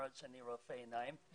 למרות שאני רופא עיניים.